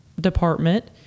department